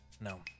No